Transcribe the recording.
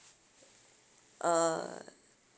uh